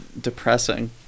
depressing